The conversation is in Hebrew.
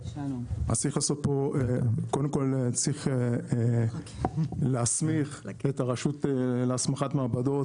אז קודם כל צריך להסמיך את הרשות להסמכת מעבדות,